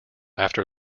after